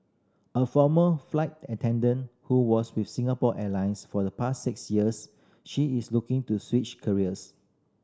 a former flight attendant who was with Singapore Airlines for the past six years she is looking to switch careers